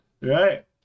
Right